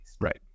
right